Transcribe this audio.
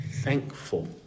thankful